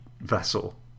vessel